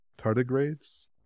tardigrades